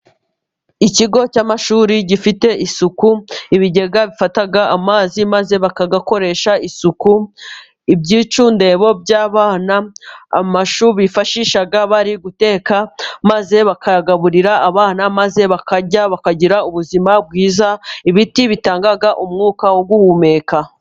Ikigo cy'amashuri gifite isuku, ibigega bifata amazi maze bakayakoresha isuku, ibyicundebo by'abana, amashu bifashisha bari guteka maze bakayaburira abana, maze bakarya bakagira ubuzima bwiza, ibiti bitanga umwuka wo guhumeka.